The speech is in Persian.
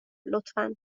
لطفا